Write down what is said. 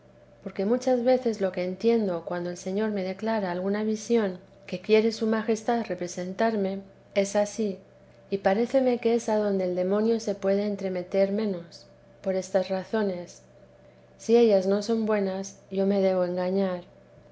porque muchas veces lo que entiendo cuando el señor me declara alguna visión que quiere su majestad representarme es ansí y paréceme que es adonde el demonio se puede entremeter menos por estas razones si ellas no son buenas yo me debo engañar